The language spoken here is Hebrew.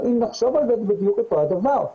אם נחשוב על זה, זה בדיוק אותו הדבר.